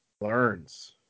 learns